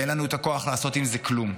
ואין לנו את הכוח לעשות עם זה כלום,